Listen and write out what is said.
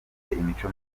imico